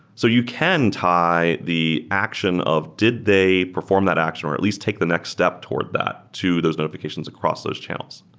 so you can tie the action of did they perform that action or at least take the next step toward that to those notifications across those channels?